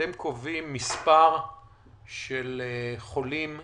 אתם קובעים מספר של חולים יומיים,